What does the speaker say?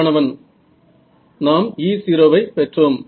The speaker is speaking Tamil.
மாணவன் நாம் E0 ஐ பெற்றோம்